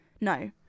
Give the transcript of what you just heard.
No